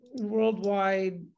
worldwide